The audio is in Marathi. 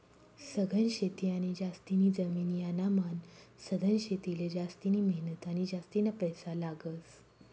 सघन शेती आणि जास्तीनी जमीन यानामान सधन शेतीले जास्तिनी मेहनत आणि जास्तीना पैसा लागस